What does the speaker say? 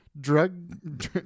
drug